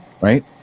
Right